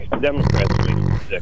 Democrats